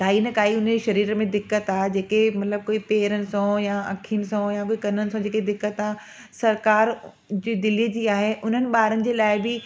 काई न काई उन जे शरीर में दिक़त आहे जेके मतिलबु कोई पेरनि सां यां कोई अखियुनि सां यां कोई कननि सां जेकी दिक़त आहे सरकार जी दिल्लीअ जी आहे उन्हनि ॿारनि जे लाइ बि